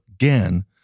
again